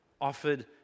offered